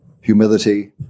humility